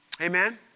Amen